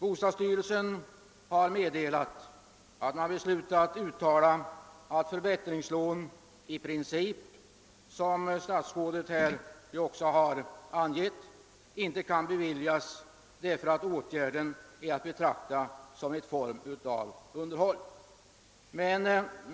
Bostadsstyrelsen har meddelat att man beslutat uttala — vilket statsrådet också nämner i svaret — att förbättringslån i princip inte kan beviljas emedan åtgärden är att betrakta som en form av underhåll.